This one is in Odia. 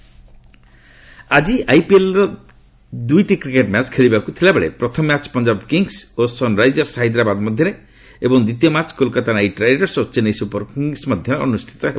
ଆଇପିଏଲ ଆଜି ଆଇପିଏଲ୍ କ୍ରିକେଟର ଦୁଇଟି ମ୍ୟାଚ ଖେଳାଯିବାକୁ ଥିବାବେଳେ ପ୍ରଥମ ମ୍ୟାଚ ପଞ୍ଜାମ କିଙ୍ଗ୍ସ ଓ ସନ୍ରାଇଜର୍ସ ହାଇଦ୍ରାମଧ୍ୟରେ ଏବଂ ଦ୍ୱିତୀୟ ମ୍ୟାଚ କୋଲକାତା ନାଇଟ୍ ରାଇଡର୍ସ ଓ ଚେନ୍ନାଇ ସୁପରକିଙ୍ଗ୍ସ ମଧ୍ୟରେ ଅନୁଷ୍ଠିତ ହେବ